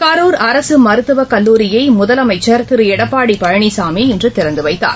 கரூர் அரசுமருத்துவக் கல்லூரியைமுதலமைச்சர் திருஎடப்பாடிபழனிசாமி இன்றுதிறந்துவைத்தார்